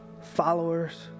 followers